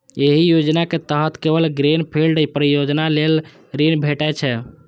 एहि योजना के तहत केवल ग्रीन फील्ड परियोजना लेल ऋण भेटै छै